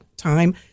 Time